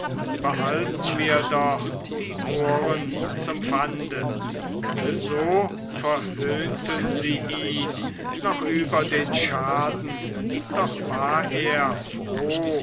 behalten wir doch die ohren zum pfande so verhöhnten sie ihn noch über den schaden doch war er froh